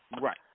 Right